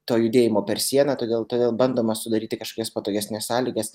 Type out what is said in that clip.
to judėjimo per sieną todėl todėl bandoma sudaryti kažkokias patogesnes sąlygas